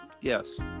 yes